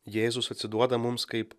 jėzus atsiduoda mums kaip